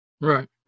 right